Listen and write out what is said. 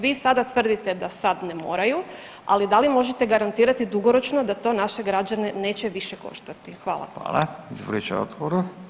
Vi sada tvrdite da sad ne moraju, ali da li možete garantirati dugoročno da to naše građane neće više koštati?